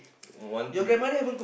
want to